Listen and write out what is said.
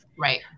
Right